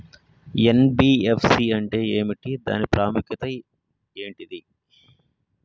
NBFC అంటే ఏమిటి దాని ప్రాముఖ్యత ఏంటిది?